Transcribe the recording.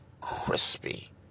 crispy